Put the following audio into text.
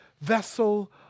vessel